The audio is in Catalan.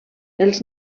els